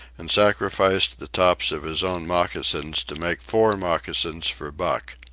and sacrificed the tops of his own moccasins to make four moccasins for buck.